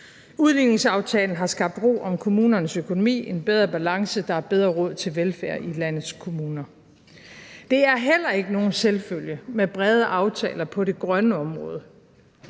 Udligningsaftalen har skabt ro om kommunernes økonomi, en bedre balance, og der er bedre råd til velfærd i landets kommuner. Det er heller ikke nogen selvfølge med brede aftaler på det grønne område,